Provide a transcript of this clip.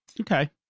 Okay